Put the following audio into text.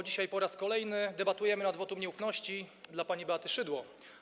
Dzisiaj po raz kolejny debatujemy nad wotum nieufności wobec pani Beaty Szydło.